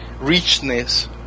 Richness